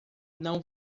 não